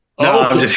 No